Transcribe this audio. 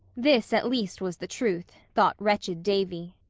this, at least, was the truth, thought wretched davy.